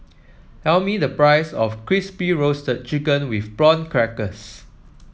tell me the price of Crispy Roasted Chicken with Prawn Crackers